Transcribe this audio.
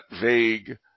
vague